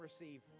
receive